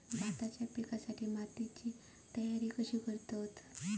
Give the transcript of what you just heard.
भाताच्या पिकासाठी मातीची तयारी कशी करतत?